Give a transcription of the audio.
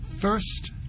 First